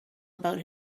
about